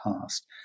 past